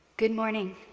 good morning.